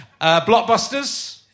Blockbusters